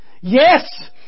Yes